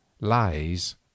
lies